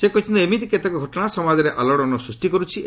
ସେ କହିଛନ୍ତି ଏମିତି କେତେକ ଘଟଣା ସମାଜରେ ଆଲୋଡ଼ନ ସୃଷ୍ଟି କର୍ତ୍ଥି